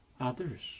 others